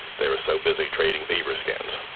they were so busy trading beaver skins.